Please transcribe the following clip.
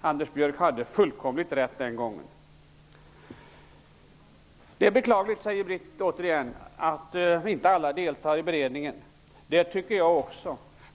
Anders Björck hade fullständigt rätt den gången. Det är beklagligt att inte alla deltar i Försvarsberedningen, säger Britt Bohlin återigen. Det tycker jag också.